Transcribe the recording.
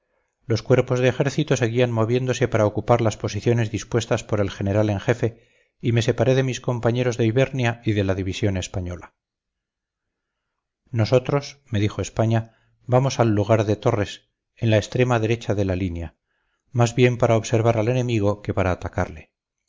los cuerpos de ejército seguían moviéndose para ocupar las posiciones dispuestas por el general en jefe y me separé de mis compañeros de ibernia y de la división española nosotros me dijo españa vamos al lugar de torres en la extrema derecha de la línea más bien para observar al enemigo que para atacarle